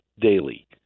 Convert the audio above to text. daily